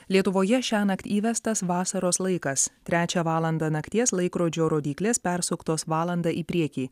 lietuvoje šiąnakt įvestas vasaros laikas trečią valandą nakties laikrodžio rodyklės persuktos valanda į priekį